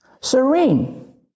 serene